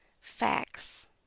facts